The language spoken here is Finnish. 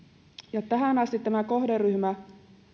tähän asti tätä kohderyhmää